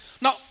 Now